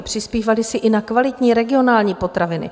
Přispívali si i na kvalitní regionální potraviny.